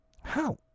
How